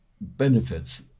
benefits